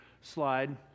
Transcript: slide